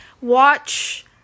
watch